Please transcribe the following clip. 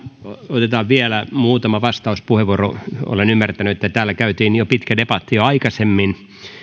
otetaan vielä muutama vastauspuheenvuoro olen ymmärtänyt että täällä käytiin pitkä debatti jo aikaisemmin